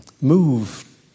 move